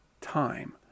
time